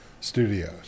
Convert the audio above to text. studios